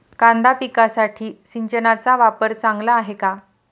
कांदा पिकासाठी सिंचनाचा वापर चांगला आहे का?